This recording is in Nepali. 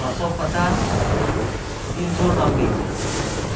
छ सौ पचास तिन सौ नब्बे